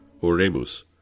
Oremus